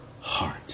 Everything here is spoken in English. heart